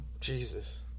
Jesus